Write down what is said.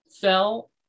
fell